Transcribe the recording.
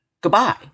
Goodbye